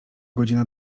godzina